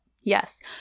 Yes